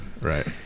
right